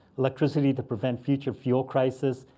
electricity to prevent future fuel crisis,